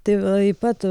taip pat